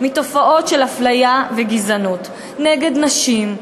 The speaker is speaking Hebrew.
מתופעות של אפליה וגזענות נגד נשים,